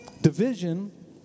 Division